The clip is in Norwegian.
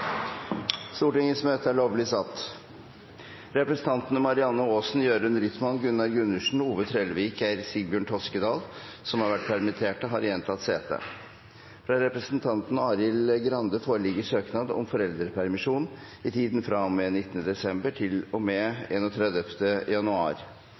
Representantene Marianne Aasen , Jørund Rytman , Gunnar Gundersen , Ove Bernt Trellevik og Geir Sigbjørn Toskedal, som har vært permittert, har igjen tatt sete. Fra representanten Arild Grande foreligger søknad om foreldrepermisjon i tiden fra og med 19. desember til og